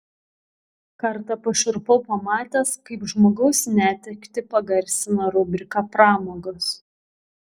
kartą pašiurpau pamatęs kaip žmogaus netektį pagarsina rubrika pramogos